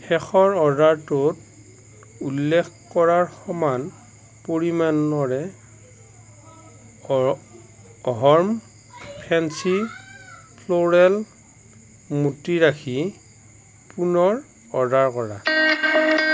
শেষৰ অৰ্ডাৰটোত উল্লেখ কৰাৰ সমান পৰিমাণৰে অৰ্হম ফেন্সি ফ্লোৰেল মোতি ৰাখী পুনৰ অৰ্ডাৰ কৰা